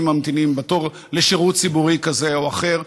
ממתינים בתור לשירות ציבורי כזה או אחר.